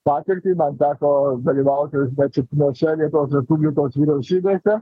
patirtį man teko dalyvauti net septyniose lietuvos respublikos vyriausybėse